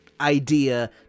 idea